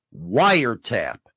wiretap